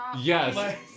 yes